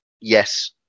yes